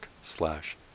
slash